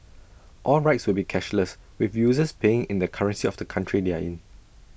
all rides will be cashless with users paying in the currency of the country they are in